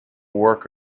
work